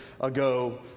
ago